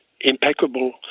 impeccable